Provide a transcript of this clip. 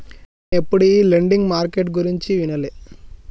నేనెప్పుడు ఈ lending market గురించి వినలే